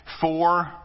Four